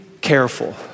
careful